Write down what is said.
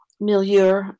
milieu